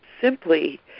simply